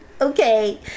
Okay